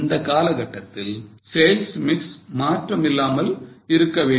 இந்த காலகட்டத்தில் Sales mix மாற்றம் இல்லாமல் இருக்க வேண்டும்